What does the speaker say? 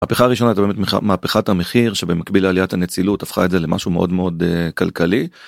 מהפכה ראשונה היא באמת מהפכת המחיר שבמקביל לעליית הנצילות הפכה את זה למשהו מאוד מאוד כלכלי.